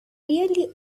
really